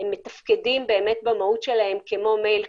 מתפקדים במהות שלהם כמו מייל,